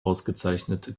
ausgezeichnete